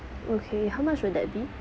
okay how much would that be